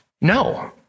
No